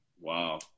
Wow